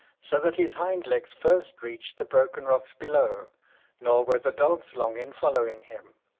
so that his hind legs first reached the broken rocks below nor were the dogs long in following him.